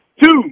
Two